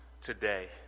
today